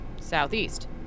southeast